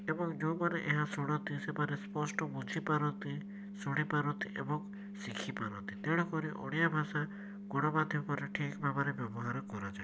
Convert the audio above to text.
ଏବଂ ଯେଉଁମାନେ ଏହା ଶୁଣନ୍ତି ସେମାନେ ସ୍ପଷ୍ଟ ବୁଝିପାରନ୍ତି ଶୁଣିପାରନ୍ତି ଏବଂ ଶିଖିପାରନ୍ତି ତେଣୁକରି ଓଡ଼ିଆ ଭାଷା ଗଣମାଧ୍ୟମରେ ଠିକ୍ ଭାବରେ ବ୍ୟବହାର କରାଯାଏ